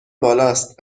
بالاست